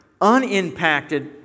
unimpacted